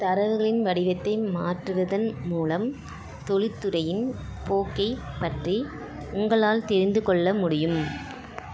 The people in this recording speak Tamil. தரவுகளின் வடிவத்தை மாற்றுவதன் மூலம் தொழில்துறையின் போக்கைப் பற்றி உங்களால் தெரிந்துகொள்ள முடியும்